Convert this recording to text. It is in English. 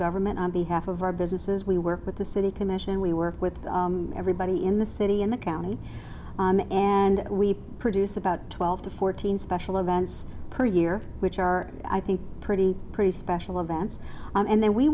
government on behalf of our businesses we work with the city commission and we work with everybody in the city in the county and we produce about twelve to fourteen special events per year which are i think pretty pretty special events and then we